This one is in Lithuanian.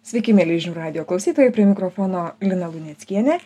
sveiki mieli žinių radijo klausytojai prie mikrofono lina luneckienė